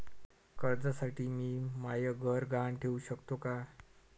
कर्जसाठी मी म्हाय घर गहान ठेवू सकतो का